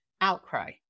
outcry